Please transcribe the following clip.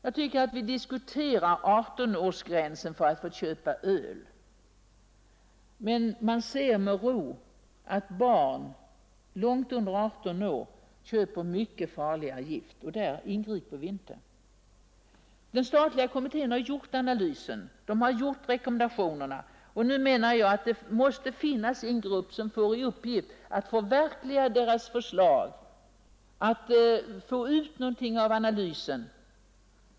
Man diskuterar 18-årsgränsen för rätten att inköpa öl samtidigt som man tar med ro att barn långt under 18 år köper mycket farligare gifter — där ingriper vi inte! Den statliga kommittén har gjort analysen och lämnat rekommendationerna. Nu menar jag att det också måste finnas en grupp som får till uppgift att förverkliga förslagen och få ut någonting av analysen.